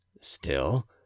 Still